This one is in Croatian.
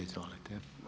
Izvolite.